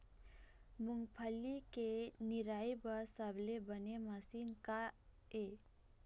मूंगफली के निराई बर सबले बने मशीन का ये?